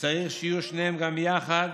שצריך שיהיו שניהם גם יחד